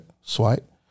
Swipe